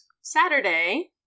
Saturday